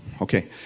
Okay